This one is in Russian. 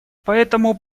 поэтому